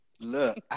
Look